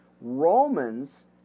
Romans